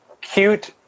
cute